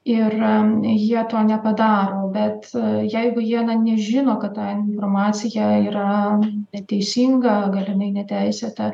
ir jie to nepadaro bet jeigu jie nežino kad ta informacija yra neteisinga gal jinai neteisėta